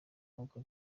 nkuko